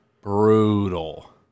brutal